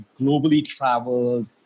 globally-traveled